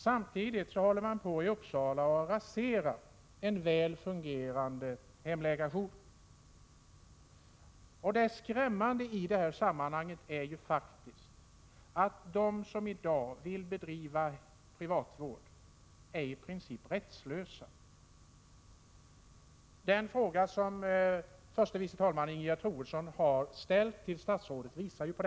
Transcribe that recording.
Samtidigt håller man där på och raserar en väl fungerande hemläkarjour. Det skrämmande i detta sammanhang är faktiskt att de som i dag vill bedriva privat vård är i princip rättslösa. Den fråga som förste vice talmannen Ingegerd Troedsson har ställt till statsrådet visar detta.